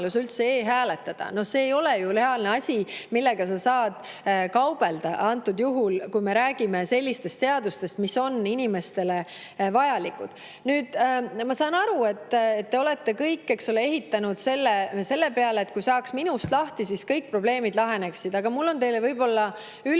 üldse e-hääletada. No see ei ole ju reaalne asi, millega saab kaubelda, juhul kui me räägime sellistest seadustest, mis on inimestele vajalikud. Nüüd, ma saan aru, et te olete ehitanud kõik selle peale, et kui saaks minust lahti, siis kõik probleemid laheneksid. Aga mul on teile võib-olla üllatus: